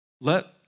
Let